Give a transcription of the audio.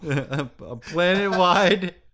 planet-wide